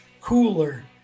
cooler